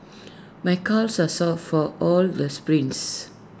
my calves are sore from all the sprints